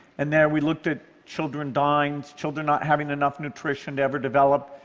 and there we looked at children dying, and children not having enough nutrition to ever develop,